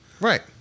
Right